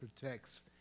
protects